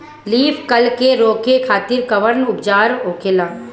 Leaf curl के रोके खातिर कउन उपचार होखेला?